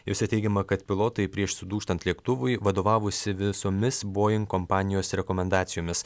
jose teigiama kad pilotai prieš sudūžtant lėktuvui vadovavosi visomis boeing kompanijos rekomendacijomis